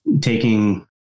taking